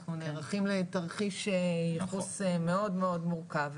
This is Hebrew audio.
אנחנו נערכים לתרחיש ייחוס מאוד מאוד מורכב,